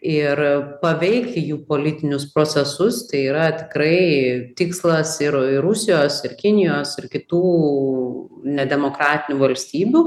ir paveikti jų politinius procesus tai yra tikrai tikslas ir ir rusijos ir kinijos ir kitų nedemokratinių valstybių